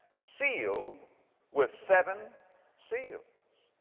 sealed with seven seals.